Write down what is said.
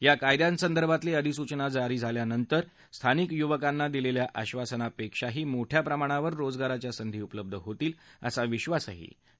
या कायद्यांसंदर्भातली अधिसूचना जारी झाल्यानंतर स्थानिक युवकांना दिलखिा आश्वासनापक्षाही मोठ्या प्रमाणावर रोजगाराच्या संधी उपलब्ध होतील असा विश्वासही सिंह यांनी व्यक्त कला